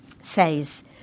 says